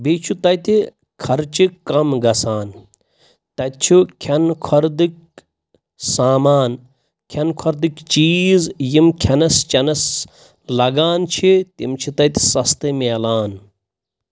بیٚیہِ چھُ تَتہِ خرچہِ کَم گژھان تَتہِ چھُ کھٮ۪نہٕ خۄردٕکۍ سامان کھٮ۪نہٕ خۄردٕکۍ چیٖز یِم کھٮ۪نَس چٮ۪نَس لَگان چھِ تِم چھِ تَتہِ سَستہٕ میلان